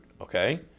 okay